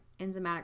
enzymatic